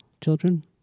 children